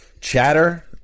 chatter